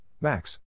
Max